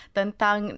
tentang